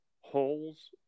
holes